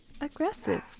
aggressive